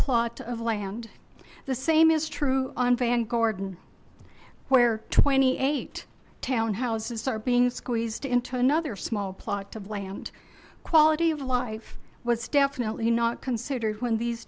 plot of land the same is true on van gordon where twenty eight townhouses are being squeezed into another small plot of land quality of life was definitely not considered when these